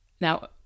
Now